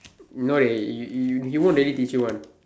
no dey you you he won't really teach you one